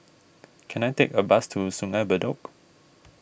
can I take a bus to Sungei Bedok